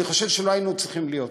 אני חושב שלא היינו צריכים להיות פה.